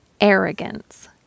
arrogance